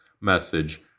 message